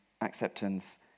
acceptance